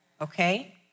okay